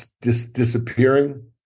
disappearing